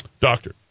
doctor